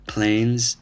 Planes